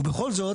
ובכל זאת,